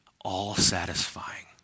all-satisfying